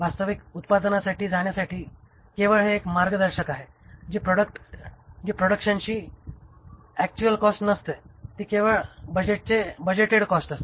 वास्तविक उत्पादनासाठी जाण्यासाठी केवळ हे एक मार्गदर्शक आहे जी प्रॉडक्शनची ऍक्टचुअल कॉस्ट नसते ती केवळ बजेटेड कॉस्ट असते